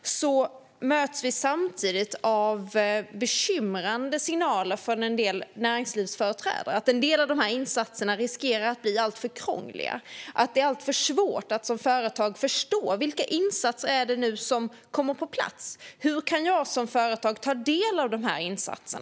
Samtidigt möts vi av bekymrande signaler från en del näringslivsföreträdare om att en del insatser riskerar att bli alltför krångliga och att det är alltför svårt att som företagare förstå vilka insatser som nu kommer på plats och hur man som företagare kan ta del av dessa insatser.